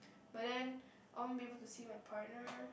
but then I won't be able to see my partner